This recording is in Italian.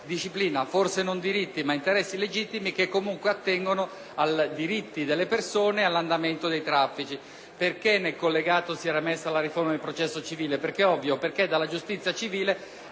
disciplina forse non diritti, ma interessi legittimi che comunque attengono ai diritti delle persone all'andamento dei traffici. Perché nel collegato era stata inserita la riforma del processo civile? È ovvio: perché dalla giustizia civile